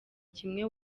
kimwe